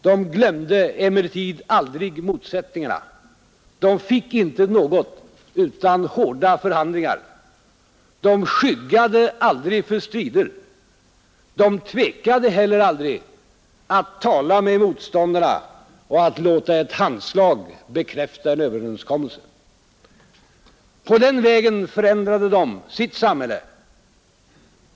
De glömde emellertid aldrig motsättningarna, de fick inte något utan hårda förhandlingar. De skyggade aldrig för strider. De tvekade heller aldrig att tala med motståndarna och att läta ett handslag bekräfta en överensk ommelse. På den vägen förändrade de sitt samhälle.